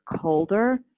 colder